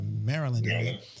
Maryland